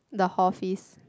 the hall fees